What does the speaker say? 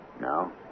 No